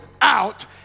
out